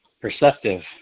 perceptive